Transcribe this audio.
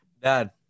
Dad